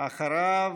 אחריו,